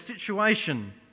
situation